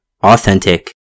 authentic